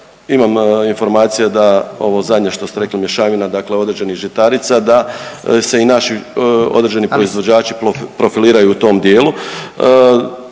imam informacije da ovo zadnje što ste rekli mješavina dakle određenih žitarica da se i naši određeni proizvođači profiliraju u tom dijelu